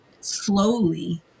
slowly